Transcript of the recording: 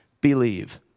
believe